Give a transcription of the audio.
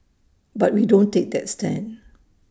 but we don't take that stand